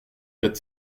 quatre